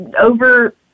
over